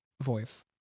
voice